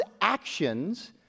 actions